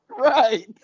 Right